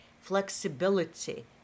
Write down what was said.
flexibility